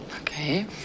okay